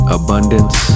abundance